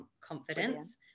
confidence